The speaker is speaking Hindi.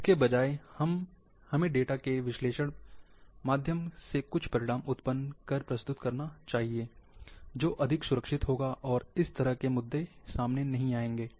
इसके बजाय हमें डेटा के विश्लेषण माध्यम से कुछ परिणाम उत्पन्न कर प्रस्तुत करना चाहिए जो अधिक सुरक्षित होगा और इस तरह के मुद्दे नहीं आएंगे